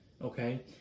Okay